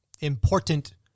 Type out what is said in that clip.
important